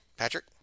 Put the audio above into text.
Patrick